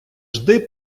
жди